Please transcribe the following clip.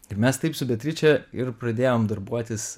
tai mes taip su beatriče ir pradėjom darbuotis